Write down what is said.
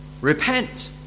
repent